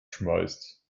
schmeißt